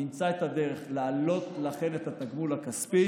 נמצא את הדרך להעלות לכן את התגמול הכספי,